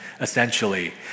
essentially